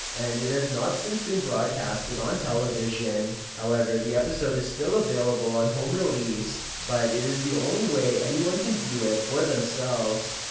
and it has not since been broadcasted on television. however, the episode is still available on home release, but it is the only way anyone can view it for themselves.